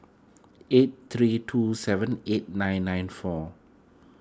eight three two seven eight nine nine four